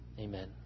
Amen